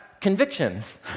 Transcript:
convictions